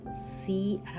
see